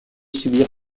subir